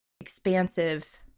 expansive